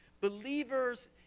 Believers